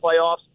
playoffs